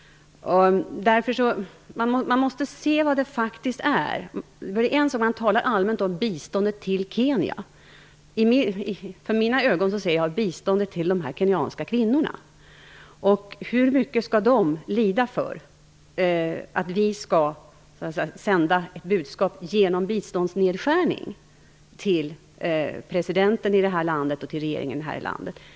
Man måste se vad det faktiskt är. Det är en sak att tala allmänt om biståndet till Kenya. För mina ögon ser jag biståndet till de kenyanska kvinnorna - hur mycket skall de lida för att vi skall använda biståndsnedskärning som metod att sända budskap till presidenten och regeringen i landet?